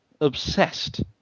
obsessed